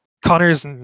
Connors